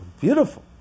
beautiful